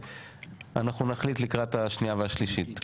ואנחנו נחליט לקראת השנייה והשלישית.